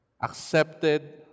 accepted